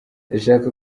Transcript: ndashaka